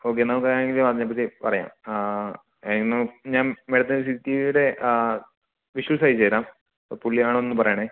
okay എന്നാല് നമുക്കാരെങ്കിലും വന്നേപ്പത്തെ പറയാം ആ എന്നാല് ഞാന് മേഡത്തിന് സി ടി വിയുടെ വിഷ്വല്സയച്ച് തരാം അപ്പോള് പുള്ളിയാണോന്നൊന്നു പറയണേ